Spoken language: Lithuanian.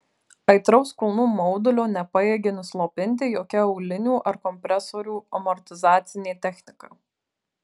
aitraus kulnų maudulio nepajėgė nuslopinti jokia aulinių ar kompresorių amortizacinė technika